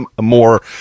more